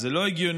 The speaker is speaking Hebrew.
זה לא הגיוני.